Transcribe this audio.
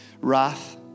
wrath